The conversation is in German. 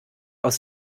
aus